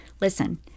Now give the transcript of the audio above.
listen